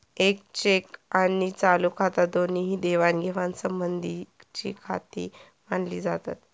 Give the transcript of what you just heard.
येक चेक आणि चालू खाता दोन्ही ही देवाणघेवाण संबंधीचीखाती मानली जातत